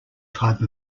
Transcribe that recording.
type